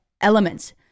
elements